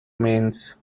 means